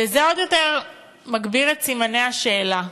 וזה מגביר עוד יותר את סימני השאלה.